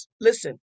listen